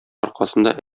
аркасында